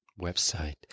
Website